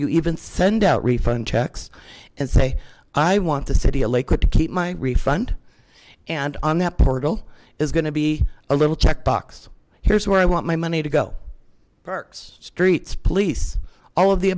you even send out refund checks and say i want the city of lakewood to keep my refund and on that portal is going to be a little check box here's where i want my money to go berks streets police all of the